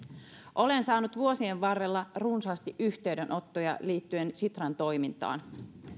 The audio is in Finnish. olen saanut vuosien varrella runsaasti yhteydenottoja liittyen sitran toimintaan